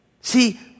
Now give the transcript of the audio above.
See